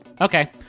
Okay